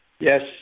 Yes